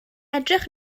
edrych